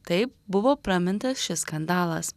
taip buvo pramintas šis skandalas